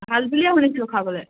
ভাল বুলিয়ে শুনিছোঁ খাবলৈ